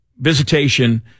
visitation